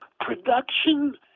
production